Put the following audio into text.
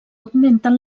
augmenten